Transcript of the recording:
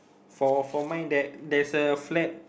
for for mine there there's a flat